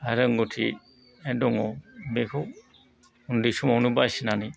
रोंगौथि दङ बेखौ उन्दै समावनो बासिनानै